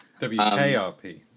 WKRP